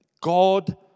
God